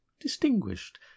distinguished